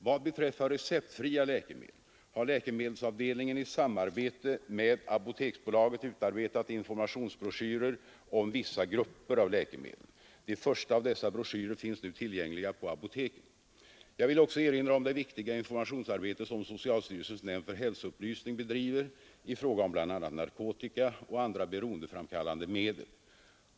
Vad beträffar receptfria läkemedel har läkemedelsavdelningen i samarbete med apoteksbolaget utarbetat informationsbroschyrer om vissa grupper av läkemedel. De första av dessa broschyrer finns nu tillgängliga på apoteken. Jag vill också erinra om det viktiga informationsarbete som socialstyrelsens nämnd för hälsoupplysning bedriver i fråga om bl.a. narkotika och andra beroendeframkallande medel.